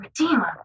Redeemer